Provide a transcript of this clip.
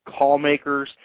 callmakers